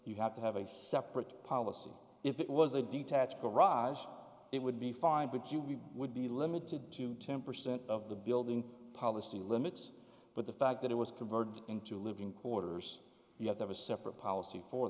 you have to have a separate policy if it was a detached garage it would be fine but you would be limited to ten percent of the building policy limits but the fact that it was converted into living quarters you have a separate policy for